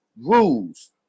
rules